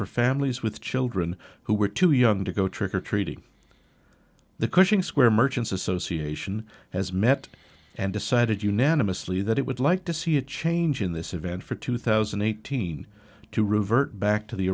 for families with children who were too young to go trick or treating the cushing square merchants association has met and decided unanimously that it would like to see a change in this event for two thousand and eighteen to revert back to the